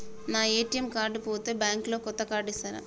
నా ATM card పోతే bank లో కొత్త కార్డు ఇస్తరా?